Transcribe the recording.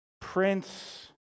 Prince